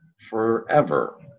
forever